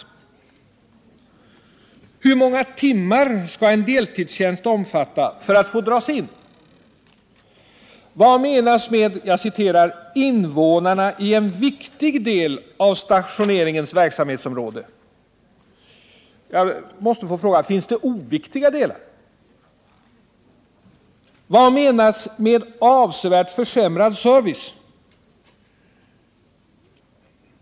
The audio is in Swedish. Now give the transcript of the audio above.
Hur många timmar skall en deltidstjänst omfatta för att få dras in? Vad menas med ”invånarna i en viktig del av stationeringens verksamhetsområde”? Jag måste fråga: Finns det oviktiga delar? Vad menas med ”avsevärt försämrad service”?